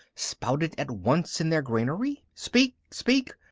sprouted at once in their granary? speak. speak!